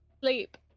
sleep